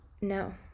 no